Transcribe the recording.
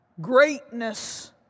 Greatness